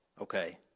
Okay